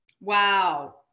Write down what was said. wow